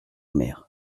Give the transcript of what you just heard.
mer